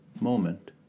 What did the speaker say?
moment